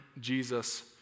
Jesus